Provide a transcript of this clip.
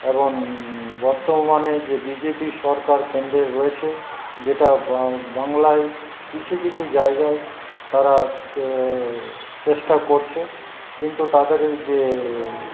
এবং বর্তমানে যে বিজেপি সরকার কেন্দ্রে রয়েছে যেটা বাংলায় কিছু কিছু জায়গায় তারা চেষ্টা করছে কিন্তু তাদের এই যে